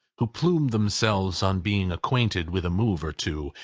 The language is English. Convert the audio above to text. who plume themselves on being acquainted with a move or two,